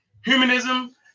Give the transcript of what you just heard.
humanism